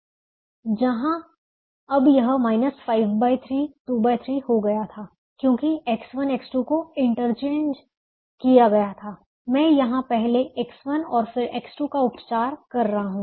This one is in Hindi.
जहां अब यह माइनस 53 23 हो गया था क्योंकि X1 X2 को इंटरचेंज किया गया था मैं यहां पहले X1 और फिर X2 का उपचार कर रहा हूं